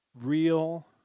real